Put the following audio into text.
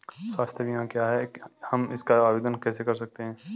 स्वास्थ्य बीमा क्या है हम इसका आवेदन कैसे कर सकते हैं?